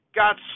got